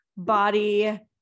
body